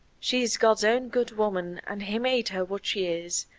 she's god's own good woman, and he made her what she is.